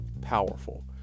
powerful